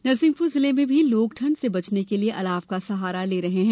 नरसिंहपुर जिले में भी लोग ठंड से बचने के लिये अलाव का सहारा ले रहे हैं